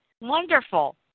Wonderful